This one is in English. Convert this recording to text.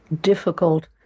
difficult